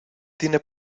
tiene